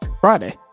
friday